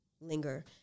linger